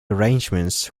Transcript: arrangements